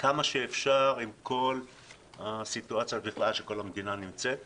כמה שאפשר, עם כל הסיטואציה שכל המדינה נמצאת בה.